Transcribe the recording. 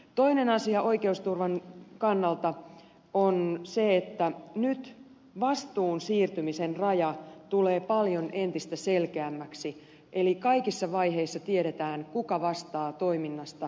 toinen asia oikeusturvan kannalta on se että nyt vastuun siirtymisen raja tulee paljon entistä selkeämmäksi eli kaikissa vaiheissa tiedetään kuka vastaa toiminnasta